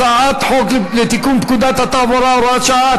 הצעת חוק לתיקון פקודת התעבורה (הוראת שעה),